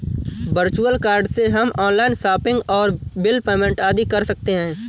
virtual card से हम online shopping और बिल पेमेंट आदि कर सकते है